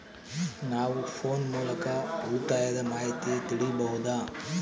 ನಾವು ಫೋನ್ ಮೂಲಕ ಉಳಿತಾಯದ ಮಾಹಿತಿ ತಿಳಿಯಬಹುದಾ?